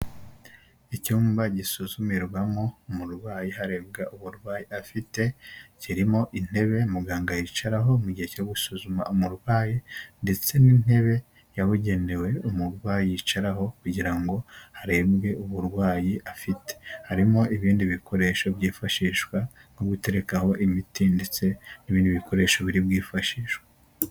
Icyumba gisuzumirwamo umurwayi harebwa uburwayi afite, kirimo intebe muganga yicaraho mu gihe cyo gusuzuma umurwayi, ndetse n'intebe yabugenewe umurwayi yicaraho kugira ngo harebwe uburwayi afite, harimo ibindi bikoresho byifashishwa nko guterekaho imiti ndetse n'ibindi bikoresho biri bwifashishwe.